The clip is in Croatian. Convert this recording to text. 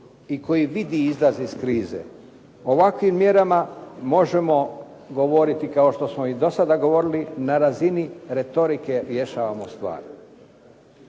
i koji vidi izlaz iz krize? O ovakvim mjerama možemo govoriti kao što smo i do sada govorili, na razini retorike rješavamo stvari,